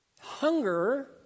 Hunger